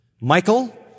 Michael